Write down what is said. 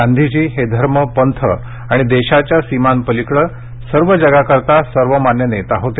गांधीजी हे धर्म पंथ आणि देशाच्या सीमांपलीकडे सर्व जगाकरिता सर्वमान्य नेता होते